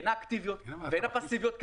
הן אקטיביות והן הפסיביות,